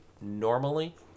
normally